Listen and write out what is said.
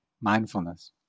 mindfulness